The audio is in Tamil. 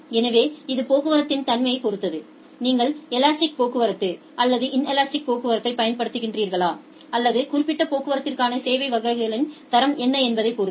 எனவே இது போக்குவரத்தின் தன்மையைப் பொறுத்தது நீங்கள் எலாஸ்டிக் போக்குவரத்து அல்லது இன்லஸ்ட்டிக் போக்குவரத்தைப் பயன்படுத்துகிறீர்களா அல்லது குறிப்பிட்ட போக்குவரத்திற்கான சேவை வகைகளின் தரம் என்ன என்பதைப் பொறுத்தது